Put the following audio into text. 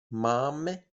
máme